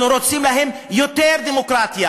אנחנו רוצים שיהיו להם יותר דמוקרטיה,